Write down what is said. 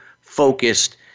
focused